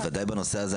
ודאי בנושא הזה.